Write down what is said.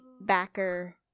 backer